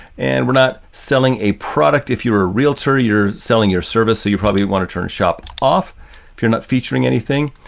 and we're not selling a product. if you're a realtor, you're selling your service. so you probably want to turn shop off if you're not featuring anything.